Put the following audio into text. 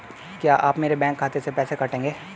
क्या आप मेरे बैंक खाते से पैसे काटेंगे?